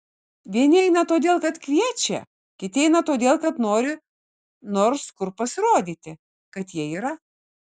vieni eina todėl kad kviečia kiti eina todėl kad nori nors kur pasirodyti kad jie yra